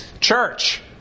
church